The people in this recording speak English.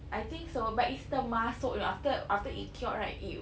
I think so but it's termasuk you know after after it cured right it